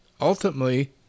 ultimately